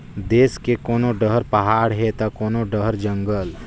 देस के कोनो डहर पहाड़ हे त कोनो डहर जंगल